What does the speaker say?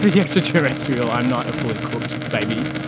the extraterrestrial i'm not a fully cooked baby.